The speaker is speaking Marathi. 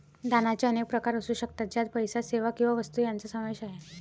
दानाचे अनेक प्रकार असू शकतात, ज्यात पैसा, सेवा किंवा वस्तू यांचा समावेश आहे